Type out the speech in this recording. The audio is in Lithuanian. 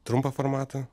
trumpą formatą